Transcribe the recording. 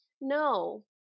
No